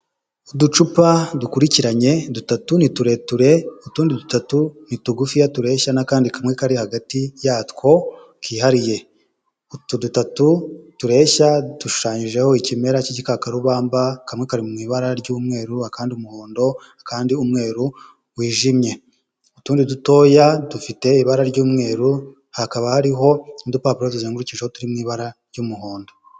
Uducupa dukurikiranye dutatu ni tureture, utundi dutatu ni tugufiya tureshya n'akandi kamwe kari hagati yatwo kihariye. Utu dutatu tureshya, dushushanyijeho ikimera cy'ikakarubamba, kamwe kari mu ibara ry'umweru, akandi umuhondo, akandi umweru wijimye. Utundi dutoya dufite ibara ry'umweru, hakaba hariho n'udupapuro tuzengukijweho, turi mu ibara ry'umuhondo.